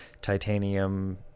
titanium